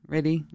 Ready